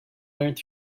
learned